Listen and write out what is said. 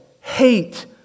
hate